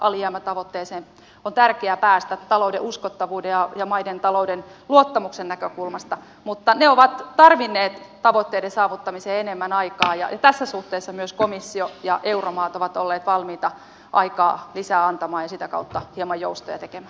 alijäämätavoitteeseen on tärkeä päästä talouden uskottavuuden ja maiden talouden luottamuksen näkökulmasta mutta ne ovat tarvinneet tavoitteiden saavuttamiseen enemmän aikaa ja tässä suhteessa myös komissio ja euromaat ovat olleet valmiita aikaa lisää antamaan ja sitä kautta hieman joustoja tekemään